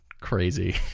crazy